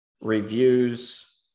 reviews